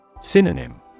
Synonym